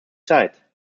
side